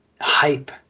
hype